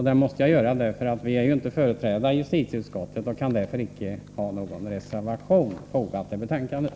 Det måste jag göra på grund av att vi inte är företrädda i justitieutskottet och därför icke kan ha någon reservation fogad till betänkandet.